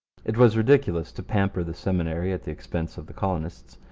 it was ridiculous to pamper the seminary at the expense of the colonists.